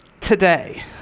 today